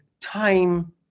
Time